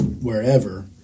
wherever